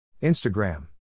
Instagram